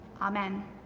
Amen